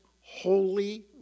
holy